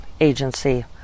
Agency